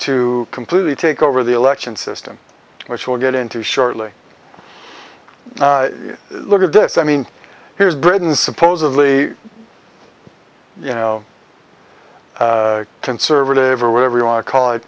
to completely take over the election system which will get into shortly look at this i mean here's britain supposedly you know conservative or whatever you are call it